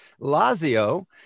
Lazio